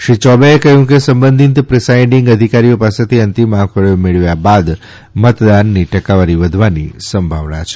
શ્રી ચૌવેએ કહ્યું કે સંબંધિત પ્રિસાઇડીંગ અધિકારીઓ ાસેથી અંતીમ આંકડો મેળવ્યા બાદ મતદાનની ટકાવારી વધવાની સંભાવના છે